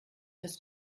das